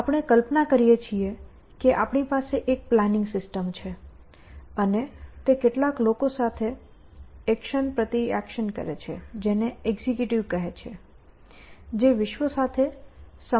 આપણે કલ્પના કરીએ છીએ કે આપણી પાસે એક પ્લાનિંગ સિસ્ટમ છે અને તે કેટલાક લોકો સાથે એક્શનપ્રતિએક્શન કરે છે જેને એક્ઝિક્યુટિવ કહે છે જે વિશ્વ સાથે સંપર્ક કરે છે